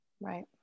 right